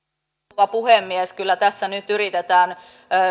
rouva puhemies kyllä tässä nyt yritetään